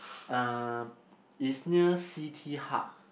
um is near C_T hub